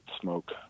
smoke